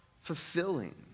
fulfilling